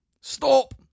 Stop